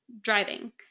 driving